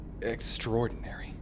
extraordinary